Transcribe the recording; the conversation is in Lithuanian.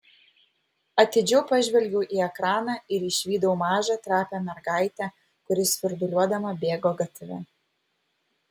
atidžiau pažvelgiau į ekraną ir išvydau mažą trapią mergaitę kuri svirduliuodama bėgo gatve